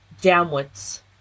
downwards